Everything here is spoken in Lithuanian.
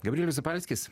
gabrielius zapalskis